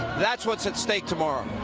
that's what is at stake tomorrow.